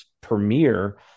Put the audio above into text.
premiere